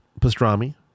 pastrami